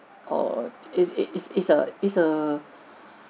or is is is a is a